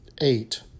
Eight